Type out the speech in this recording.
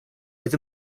oedd